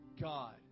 God